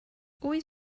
always